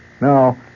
Now